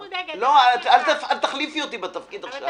אל תחליפי אותי בתפקיד עכשיו.